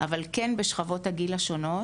אבל כן בשכבות הגיל השונות,